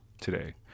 today